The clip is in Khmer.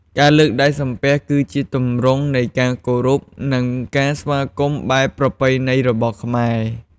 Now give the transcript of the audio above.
ការលើកដៃសំពះ គឺជាទម្រង់នៃការគោរព និងការស្វាគមន៍បែបប្រពៃណីរបស់ខ្មែរ។